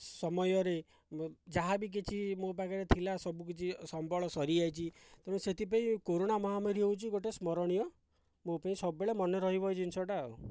ସମୟରେ ଯାହା ବି କିଛି ମୋ' ପାଖରେ ଥିଲା ସବୁ କିଛି ସମ୍ବଳ ସରିଯାଇଛି ତେଣୁ ସେଥିପାଇଁ କରୋନା ମହାମାରୀ ହେଉଛି ଗୋଟିଏ ସ୍ମରଣୀୟ ମୋ' ପାଇଁ ସବୁବେଳେ ମନେ ରହିବ ଏହି ଜିନିଷଟା ଆଉ